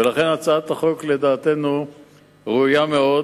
ולכן, הצעת החוק לדעתנו ראויה מאוד,